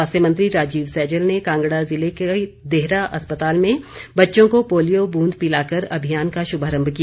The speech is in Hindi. स्वास्थ्य मंत्री राजीव सैजल ने कांगड़ा ज़िले के देहरा अस्पताल में बच्चों को पोलियो ब्रूद पिलाकर अभियान का शुभारंभ किया